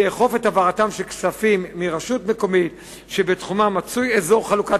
לאכוף את העברתם של כספים מרשות מקומית שבתחומה מצוי אזור חלוקת